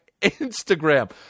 Instagram